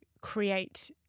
create